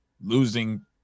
losing